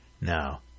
now